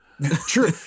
True